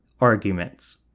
arguments